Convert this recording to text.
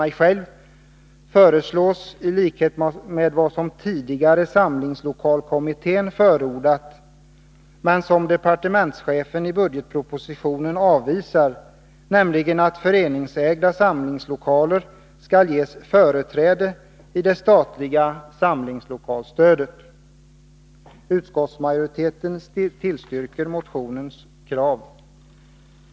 mig själv, föreslås — i likhet med vad samlingslokalkommittén tidigare förordat men som departementschefen i budgetpropositionen avvisar — att föreningsägda samlingslokaler skall ges företräde i det statliga samlingslokalstödet. Utskottets majoritet tillstyrker motionens krav.